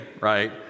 right